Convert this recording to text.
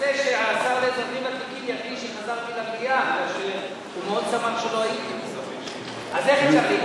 הודעת הממשלה על רצונה להחיל דין רציפות על הצעת חוק שירות אזרחי,